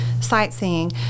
sightseeing